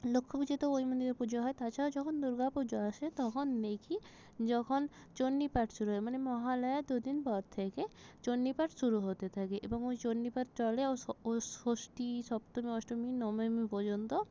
লক্ষ্মী পুজোতেও ওই মন্দিরে পুজো হয় তাছাড়া যখন দুর্গা পুজো আসে তখন মেকি যখন চণ্ডীপাঠ শুরু হয় মানে মহালয়ার দুদিন পর থেকে চণ্ডীপাঠ শুরু হতে থাকে এবং ওই চণ্ডীপাঠ চলে ও স ও ষষ্ঠী সপ্তমী অষ্টমী নবমী পর্যন্ত